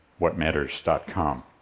whatmatters.com